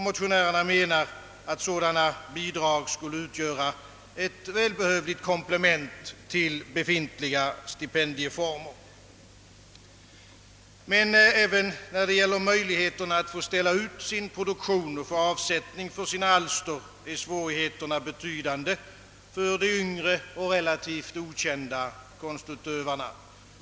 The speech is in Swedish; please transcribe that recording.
Motionärerna menar, att sådana bidrag skulle utgöra ett välbehövligt komplement till befintliga stipendieformer. Även när det gäller möjligheterna att ställa ut sin produktion och få avsättning för sina alster är svårigheterna betydande för de yngre och relativt okända konstutövarna.